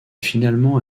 finalement